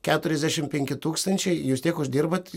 keturiasdešim penki tūkstančiai jūs tiek uždirbat